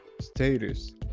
status